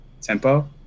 Tempo